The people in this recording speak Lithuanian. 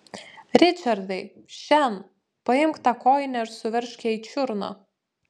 ričardai šen paimk tą kojinę ir suveržk jai čiurną